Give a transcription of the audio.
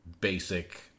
Basic